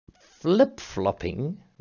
flip-flopping